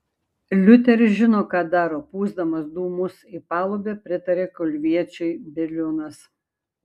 liuteris žino ką daro pūsdamas dūmus į palubę pritarė kulviečiui bieliūnas